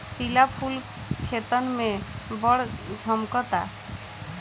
पिला फूल खेतन में बड़ झम्कता